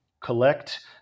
collect